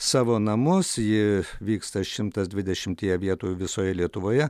savo namus ji vyksta šimtas dvidešimtyje vietų visoje lietuvoje